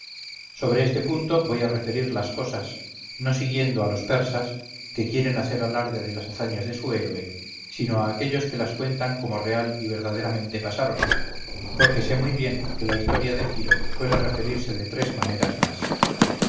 sobre este punto voy a referirlas cosas no siguiendo a los persas que quieren hacer alarde de las hazañas de su héroe sino a aquellos que las cuentan como real y verdaderamente pasaron porque sé muy bien que la historia de ciro suele referirse de tres maneras más